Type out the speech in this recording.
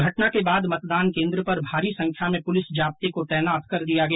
घटना के बाद मतदान केन्द्र पर भारी संख्या में पुलिस जाब्ते को तैनात कर दिया गया